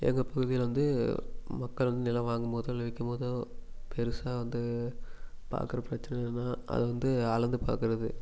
எங்கள் பகுதியில் வந்து மக்கள் வந்து நிலம் வாங்கும்போதோ இல்லை விற்கும்போதோ பெருசாக வந்து பார்க்குற பிரச்சினைகள்னா அது வந்து அளந்து பார்க்குறது